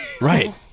Right